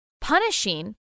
punishing